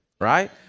right